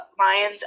Mayans